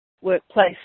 workplace